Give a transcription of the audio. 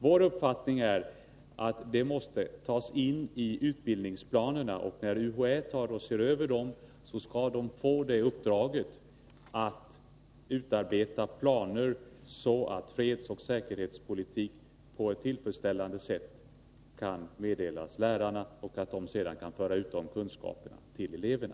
Vår uppfattning är att ämnet bör tas in i utbildningsplanerna för lärarna och att UHÄ i samband med översynen av dessa bör få uppdraget att utarbeta dem så att undervisning i försvarsoch säkerhetspolitik på ett tillfredsställande sätt kan meddelas lärarna för att de sedan skall kunna föra ut dessa kunskaper till eleverna.